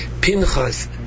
Pinchas